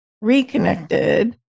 reconnected